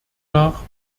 nach